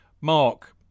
Mark